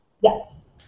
Yes